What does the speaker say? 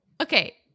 okay